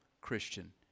Christian